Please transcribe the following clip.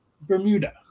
Bermuda